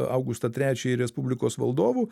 augustą trečiąjį respublikos valdovu